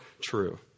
true